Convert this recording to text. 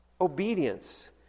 Obedience